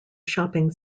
shopping